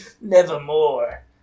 Nevermore